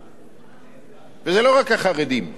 וזה לא רק החרדים, יש גם יותר גרועים מכם: